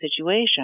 situation